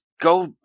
go